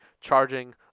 charging